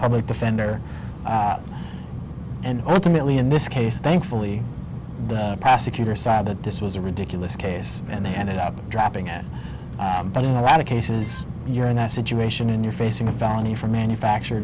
public defender and ultimately in this case thankfully the prosecutor sad that this was a ridiculous case and they ended up dropping it but in a lot of cases when you're in that situation and you're facing a felony for manufacture